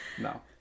No